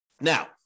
Now